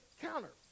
counter